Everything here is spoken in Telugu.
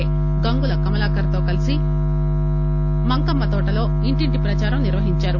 ఏ గంగుల కమలాకర్ తో కలిసి మంకమ్మతోటలో ఇంటింటి ప్రదారం నిర్వహిందారు